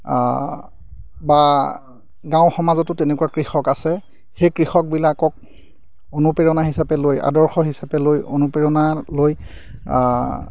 বা গাঁও সমাজতো তেনেকুৱা কৃষক আছে সেই কৃষকবিলাকক অনুপ্ৰেৰণা হিচাপে লৈ আদৰ্শ হিচাপে লৈ অনুপ্ৰেৰণা লৈ